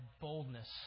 boldness